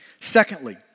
Secondly